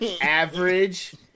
average